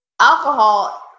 alcohol